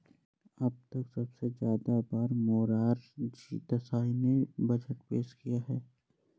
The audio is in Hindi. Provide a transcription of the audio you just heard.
अब तक सबसे ज्यादा बार मोरार जी देसाई ने बजट पेश किया है